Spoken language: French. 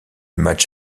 match